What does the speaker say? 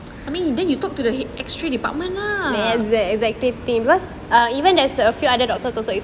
I mean then you talk to the head X-ray department lah